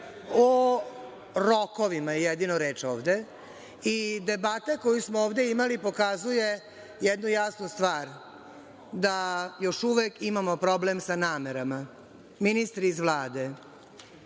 o rokovima je jedino reč ovde. Debata koju smo ovde imali pokazuje jednu jasnu stvar, da još uvek imamo problem sa namerama. Ministri iz Vlade,